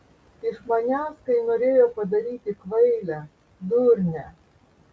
iš manęs kai norėjo padaryti kvailę durnę